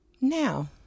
Now